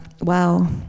wow